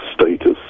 status